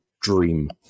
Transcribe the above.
dream